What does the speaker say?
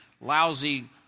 lousy